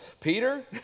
Peter